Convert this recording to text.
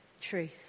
truth